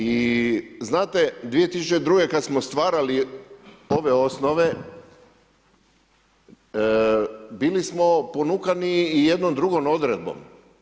I znate 2002. kada smo stvarali ove osnove, bili smo ponukani i jednom drugom odredbom.